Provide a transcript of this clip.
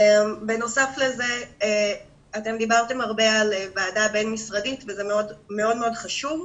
בנוסף לזה אתם דיברתם הרבה על ועדה בין-משרדית וזה מאוד מאוד חשוב.